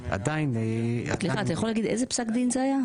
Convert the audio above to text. סליחה, אתה יכול להגיד איזה פסק דין זה היה?